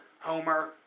Homer